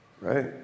right